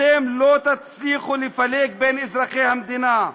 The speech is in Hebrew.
אתם לא תצליחו לפלג בין אזרחי המדינה.